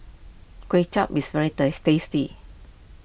Kuay Chap is very tasty